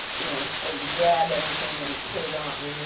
you know and grab anything and put it on.